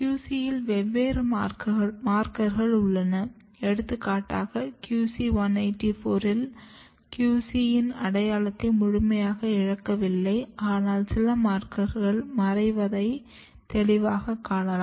QC யில் வெவ்வேறு மார்க்கர்கள் உள்ளன எடுத்துக்காட்டாக QC 184 யில் QC இன் அடையாளத்தை முழுமையாக இழக்கவில்லை ஆனால் சில மார்க்கர்கள் மறைவதை தெளிவாக காணலாம்